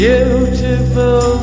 Beautiful